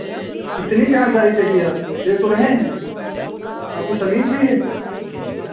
कितनी जानकारी चाहिए आपको दे तो रहे हैं आपको तमीज़ भी है